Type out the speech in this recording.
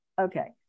okay